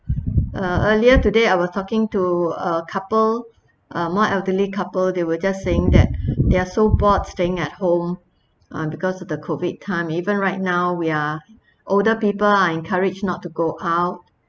uh earlier today I was talking to a couple uh more elderly couple they were just saying that they are so bored staying at home uh because of the COVID time even right now we are older people are encouraged not to go out